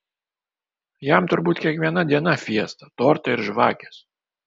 jam turbūt kiekviena diena fiesta tortai ir žvakės